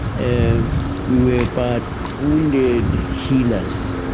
and we were but wounded healers.